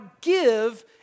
give